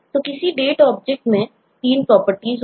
तो किसी Date object है